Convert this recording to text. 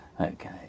Okay